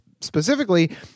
specifically